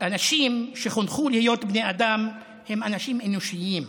אנשים שחונכו להיות בני אדם הם אנשים אנושיים.